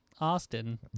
Austin